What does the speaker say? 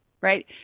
right